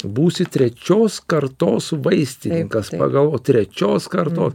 būsi trečios kartos vaistininkas pagal trečios kartos